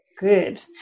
Good